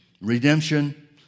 redemption